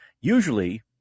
Usually